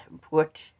put